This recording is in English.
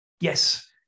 yes